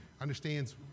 understands